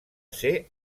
ser